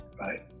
Right